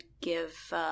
give